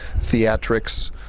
theatrics